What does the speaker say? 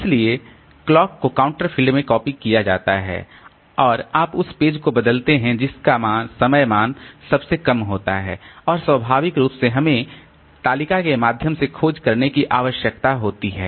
इसलिए घड़ी को काउंटर फ़ील्ड में कॉपी किया जाता है और आप उस पेज को बदलते हैं जिसका समय मान सबसे कम होता है और स्वाभाविक रूप से हमें तालिका के माध्यम से खोज करने की आवश्यकता होती है